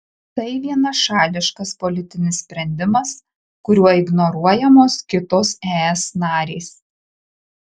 tai vienašališkas politinis sprendimas kuriuo ignoruojamos kitos es narės